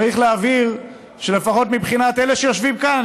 צריך להבהיר שלפחות מבחינת אלה שיושבים כאן,